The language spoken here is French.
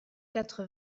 quatre